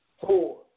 four